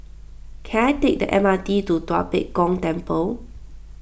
can I take the M R T to Tua Pek Kong Temple